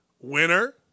winner